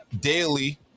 daily